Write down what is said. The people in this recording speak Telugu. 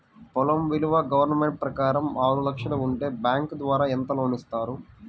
పొలం విలువ గవర్నమెంట్ ప్రకారం ఆరు లక్షలు ఉంటే బ్యాంకు ద్వారా ఎంత లోన్ ఇస్తారు?